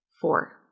Four